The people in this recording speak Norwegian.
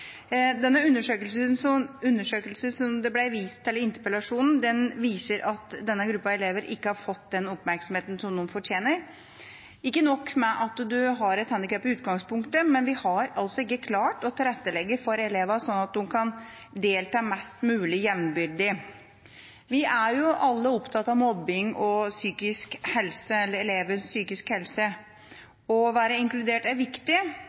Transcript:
denne gruppa elever ikke har fått den oppmerksomheten som de fortjener. Ikke nok med at de har et handikap i utgangspunktet, men vi har ikke klart å tilrettelegge for elevene sånn at de kan delta mest mulig jevnbyrdig. Vi er alle opptatt av mobbing og elevers psykiske helse. Å være inkludert er viktig